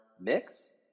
mix